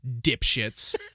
dipshits